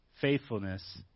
faithfulness